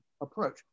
approach